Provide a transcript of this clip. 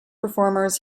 performers